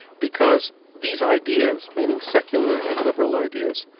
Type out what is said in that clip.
because these ideas' meaning secular and liberal ideas,